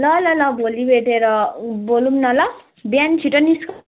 ल ल ल भोलि भेटेर बोलौँ न ल बिहान छिटो निस्क